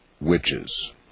witches